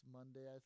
Monday